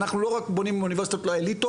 אנחנו לא רק בונים בית ספר לאליטות,